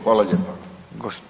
Hvala lijepa.